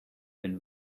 been